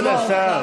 כבוד השר.